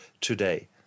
today